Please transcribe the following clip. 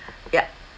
ya